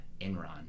Enron